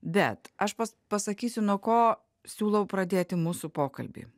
bet aš pas pasakysiu nuo ko siūlau pradėti mūsų pokalbį